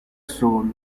sole